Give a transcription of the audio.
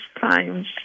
times